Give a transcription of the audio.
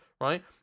right